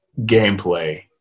gameplay